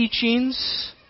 teachings